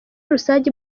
rusange